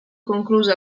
concluse